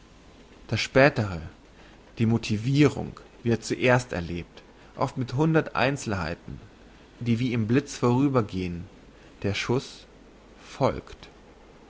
das spätere die motivirung wird zuerst erlebt oft mit hundert einzelnheiten die wie im blitz vorübergehn der schuss folgt